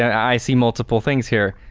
i see multiple things here.